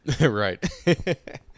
right